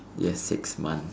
yes six month